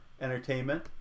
entertainment